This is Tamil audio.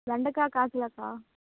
வெண்டைக்கா கால் கிலோக்கா